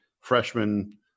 freshman